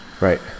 Right